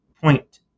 point